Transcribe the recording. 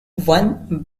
won